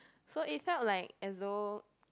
so instead of like as though